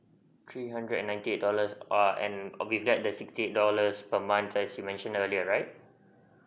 three hundred and ninety eight dollars err and with that the sixty eight dollars per month as you mentioned earlier right